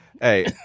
Hey